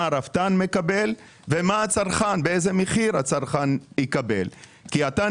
מה הרפתן מקבל ומה הצרכן מקבל ובאיזה מחיר.